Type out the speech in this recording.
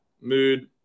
Mood